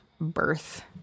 birth